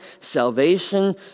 salvation